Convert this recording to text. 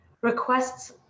requests